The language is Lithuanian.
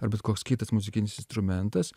ar bet koks kitas muzikinis instrumentas